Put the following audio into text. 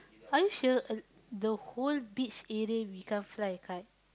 are you sure uh the whole beach area we can't fly a kite